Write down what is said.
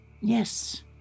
Yes